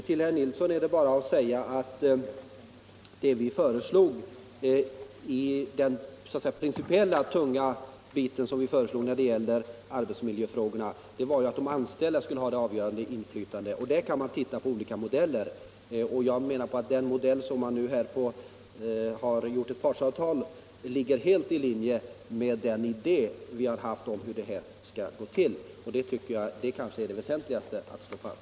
Till herr Nilsson i Växjö vill jag bara säga att det som vi föreslog i den principiella. tunga biten när det gäller arbetsmiljöfrågorna var att de anställda skulle ha det avgörande inflvtandet. För genomförandet av pro 'n ÅArbetsmiljöfrågor detta kan man ställa upp olika modeller. Jag menar att den modell man nu träffat ett partsavtal om ligger helt i linje med den idé vi haft om hur denna verksamhet skall utformas. Jag tycker att det är det som är väsentligast att slå fast.